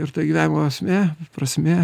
ir ta gyvenimo esmė prasmė